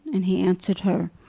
and he answered her,